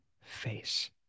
face